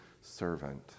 servant